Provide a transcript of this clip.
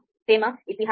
તેમાં ઇતિહાસ છે